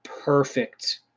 perfect